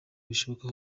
bishoboka